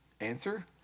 Answer